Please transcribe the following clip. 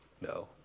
No